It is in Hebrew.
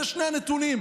אלה שני נתונים,